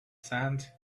sand